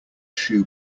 shoes